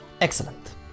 Excellent